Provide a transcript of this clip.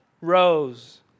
rose